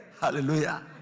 Hallelujah